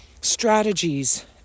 strategies